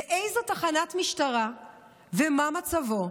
באיזו תחנת משטרה ומה מצבו,